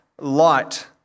light